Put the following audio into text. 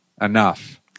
enough